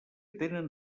tenen